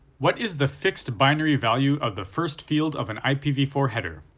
what is the fixed binary value of the first field of an i p v four header?